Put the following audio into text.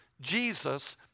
Jesus